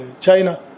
China